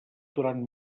durant